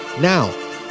now